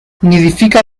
nidifica